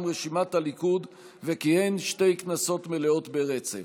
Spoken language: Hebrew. רשימת הליכוד וכיהן שתי כנסות מלאות ברצף.